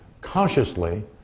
consciously